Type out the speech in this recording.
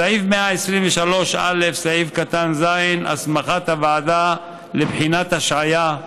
סעיף 123א(ז) הסמכת הוועדה לבחינת השעיה,